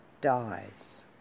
dies